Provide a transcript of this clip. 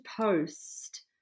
post